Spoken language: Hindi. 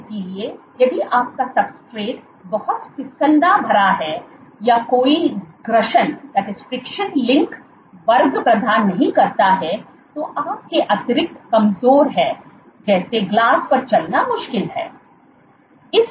इसलिए यदि आपका सब्सट्रेट बहुत फिसलन भरा है या कोई घर्षण लिंक वर्ग प्रदान नहीं करता है तो आपके अतिरिक्त कमजोर हैं जैसे ग्लास पर चलना मुश्किल है